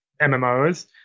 MMOs